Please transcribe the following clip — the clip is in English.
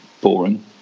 boring